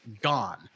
gone